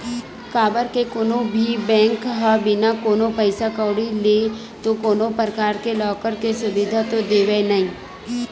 काबर के कोनो भी बेंक ह बिना कोनो पइसा कउड़ी ले तो कोनो परकार ले लॉकर के सुबिधा तो देवय नइ